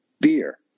beer